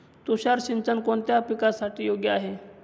तुषार सिंचन कोणत्या पिकासाठी योग्य आहे?